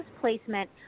placement